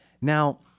Now